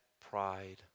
Pride